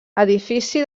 edifici